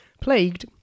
plagued